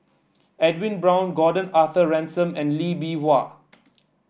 Edwin Brown Gordon Arthur Ransome and Lee Bee Wah